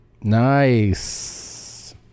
Nice